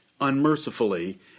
unmercifully